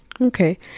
Okay